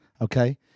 Okay